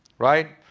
right?